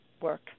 work